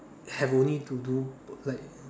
have only to do like